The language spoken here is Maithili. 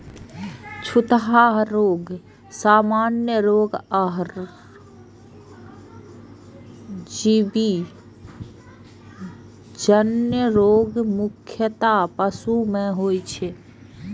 छूतहा रोग, सामान्य रोग आ परजीवी जन्य रोग मुख्यतः पशु मे होइ छै